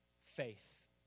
Faith